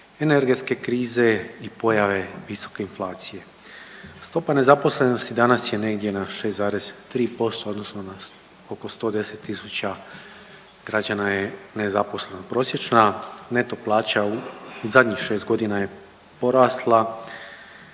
energetske krize i pojave visoke inflacije. Stopa nezaposlenosti danas je negdje na 6,3% odnosno na oko 110 000 građana je nezaposleno. Prosječna neto plaća u zadnjih 6 godina je porasla